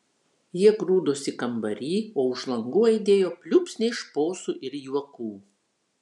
jie grūdosi kambary o už langų aidėjo pliūpsniai šposų ir juokų